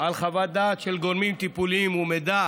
על חוות דעת של גורמים טיפוליים ומידע